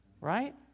right